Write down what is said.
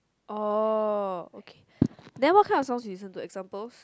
oh okay then what kind of songs you listen to examples